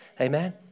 Amen